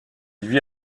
vit